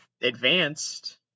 advanced